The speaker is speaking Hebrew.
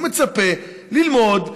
הוא מצפה ללמוד,